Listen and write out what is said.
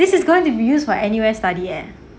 this is going to be used for N_U_S study leh